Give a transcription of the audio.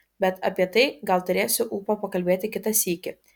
bet apie tai gal turėsiu ūpo pakalbėti kitą sykį